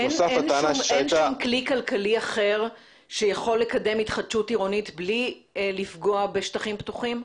אין כל כלכלי אחר שיכול לקדם התחדשות עירונית בלי לפגוע בשטחים פתוחים?